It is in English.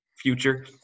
future